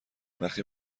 وقتی